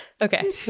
Okay